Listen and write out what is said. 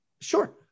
sure